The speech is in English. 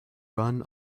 run